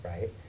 right